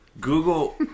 Google